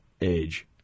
age